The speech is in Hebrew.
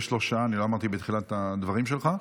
יש לו שעה, אני לא אמרתי בתחילת הדברים שלך.